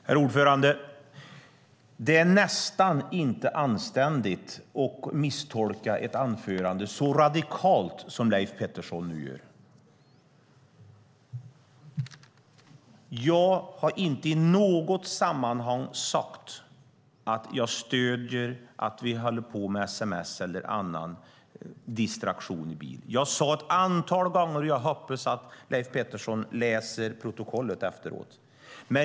Herr talman! Den är nästan inte anständigt att misstolka ett anförande så radikalt som Leif Pettersson nu gör. Jag har inte i något sammanhang sagt att jag stöder att människor håller på med sms eller annan distraktion i bil. Jag sade det ett antal gånger. Jag hoppas att Leif Pettersson läser protokollet efteråt.